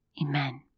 Amen